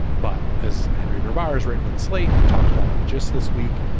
but as henry gerberas written in slate and talked about and just this week,